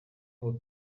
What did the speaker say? ngo